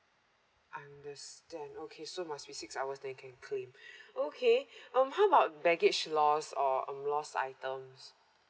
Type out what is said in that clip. understand okay so must be six hours then you can claim okay um how about baggage lost or um lost items